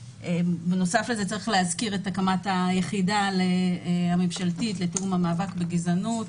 בנוסף לזה צריך להזכיר את הקמת היחידה הממשלתית לתיאום המאבק בגזענות.